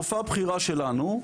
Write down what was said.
רופאה בכירה שלנו,